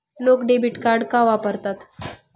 लोक debit card का वापरतात?